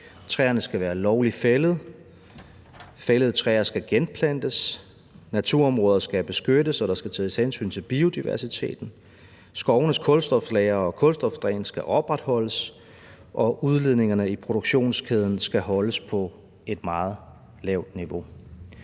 Træerne skal være lovligt fældet; fældede træer skal genplantes; naturområder skal beskyttes, og der skal tages hensyn til biodiversiteten; skovenes kulstoflagre og kulstofdræn skal opretholdes; og udledningerne i produktionskæden skal holdes på et meget lavt niveau.